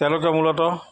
তেওঁলোকে মূলতঃ